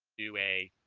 do a